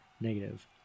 negative